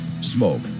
smoke